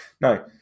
No